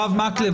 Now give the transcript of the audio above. הרב מקלב,